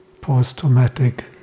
post-traumatic